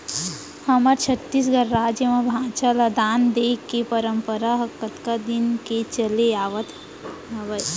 हमर छत्तीसगढ़ राज म भांचा ल दान देय के परपंरा ह कतका दिन के चले आवत हावय